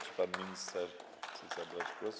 Czy pan minister chce zabrać głos?